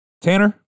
Tanner